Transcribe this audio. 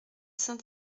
saint